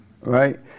right